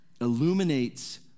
illuminates